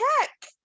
check